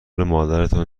مادرتان